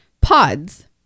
pods